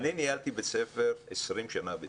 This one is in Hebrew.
אני ניהלתי בדימונה בית ספר במשך 20 שנים.